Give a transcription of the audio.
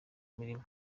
imirimo